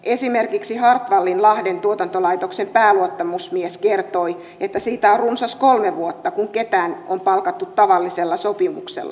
esimerkiksi hartwallin lahden tuotantolaitoksen pääluottamusmies kertoi että siitä on runsas kolme vuotta kun ketään on palkattu tavallisella sopimuksella